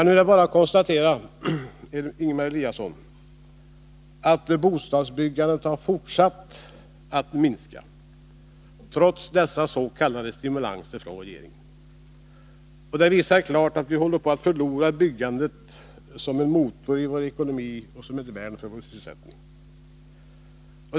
Nu är det bara att konstatera, Ingemar Eliasson, att bostadsbyggandet har fortsatt att minska trots dessa s.k. stimulanser från regeringen. Detta visar klart att vi håller på att förlora byggandet som en motor i vår ekonomi och som ett värn för vår sysselsättning.